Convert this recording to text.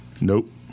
Nope